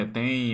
tem